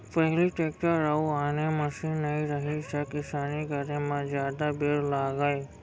पहिली टेक्टर अउ आने मसीन नइ रहिस त किसानी करे म जादा बेर लागय